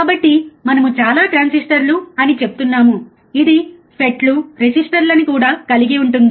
కాబట్టి మనము చాలా ట్రాన్సిస్టర్లు అని చెప్తున్నాము ఇది FET లు రెసిస్టర్లని కూడా కలిగి ఉంటుంది